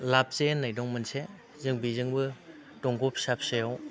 लाब जे होननाय दं मोनसे जों बेजोंबो दंग' फिसा फिसायाव